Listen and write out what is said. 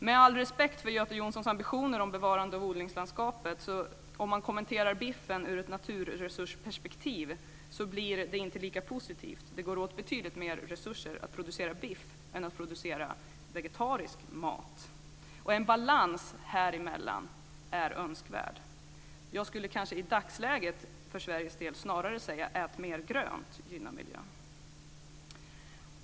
Med all respekt för Göte Jonssons ambitioner att bevara odlingslandskapet vill jag säga att det, om man kommenterar biffen ur ett naturresursperspektiv, inte blir lika positivt. Det går åt betydligt mer resurser för att producera biff än för att producera vegetarisk mat. En balans häremellan är önskvärd. Jag skulle kanske i dagsläget för Sveriges del snarare säga: Ät mer grönt och gynna miljön!